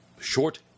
short-